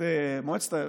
מועצת העיר.